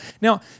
Now